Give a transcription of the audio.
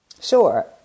Sure